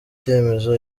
cyemezo